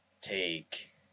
take